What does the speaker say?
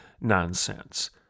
nonsense